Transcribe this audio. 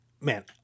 Man